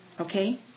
Okay